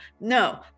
No